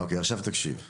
אוקי עכשיו תקשיב בבקשה,